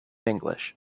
english